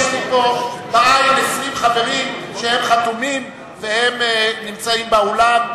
יש לי פה בעין 20 חברים שחתומים ונמצאים באולם.